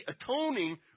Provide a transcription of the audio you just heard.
atoning